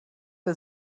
der